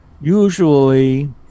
usually